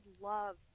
love